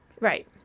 right